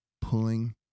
pulling